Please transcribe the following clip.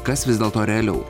kas vis dėlto realiau